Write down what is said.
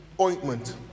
ointment